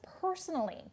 personally